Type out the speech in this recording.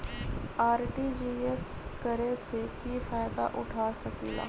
RTGS करे से की फायदा उठा सकीला?